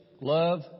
love